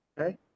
Okay